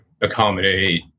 accommodate